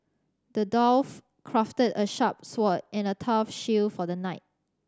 the dwarf crafted a sharp sword and a tough shield for the knight